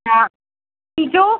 हा की जो